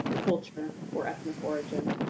culture, or ethnic origin.